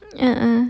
ya ah